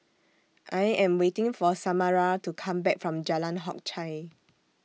I Am waiting For Samara to Come Back from Jalan Hock Chye